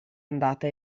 andata